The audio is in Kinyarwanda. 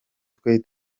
twe